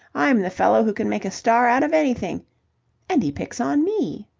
i'm the fellow who can make a star out of anything and he picks on me!